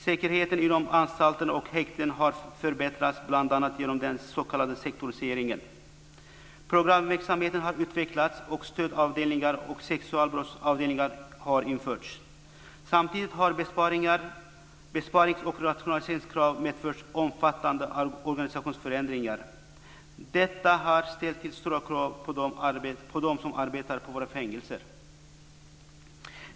Säkerheten inom anstalter och häkten har förbättrats bl.a. genom den s.k. sektoriseringen. Programverksamheten har utvecklats och stödavdelningar och sexualbrottsavdelningar har införts. Samtidigt har besparings och rationaliseringskrav medfört omfattande organisationsförändringar. Detta har ställt stora krav på dem som arbetar på våra fängelser.